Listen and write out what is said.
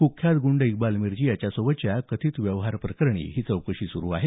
कुख्यात ग्रंड इक्बाल मिर्ची याच्यासोबतच्या कथित व्यवहाराप्रकरणी ही चौकशी सुरू आहे